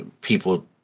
people